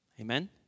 Amen